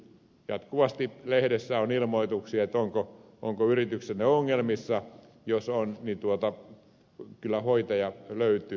jatkuvasti lehdessä on ilmoituksia että onko yrityksenne ongelmissa jos on niin kyllä hoitaja löytyy